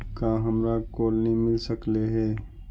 का हमरा कोलनी मिल सकले हे?